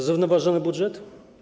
Zrównoważony budżet?